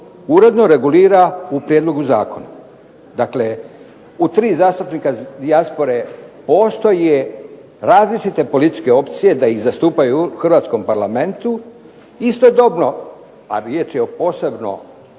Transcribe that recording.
uredno regulira u prijedlogu zakona. Dakle, u tri zastupnika dijaspore postoje različite političke opcije da ih zastupaju u hrvatskom Parlamentu istodobno, a riječ je o posebno